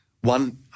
one